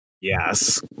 Yes